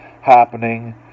happening